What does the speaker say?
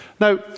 Now